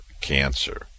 cancer